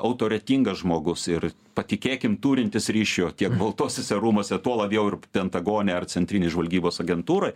autoritetingas žmogus ir patikėkim turintis ryšių tiek baltuosiuose rūmuose tuo labiau ir pentagone ar centrinės žvalgybos agentūroj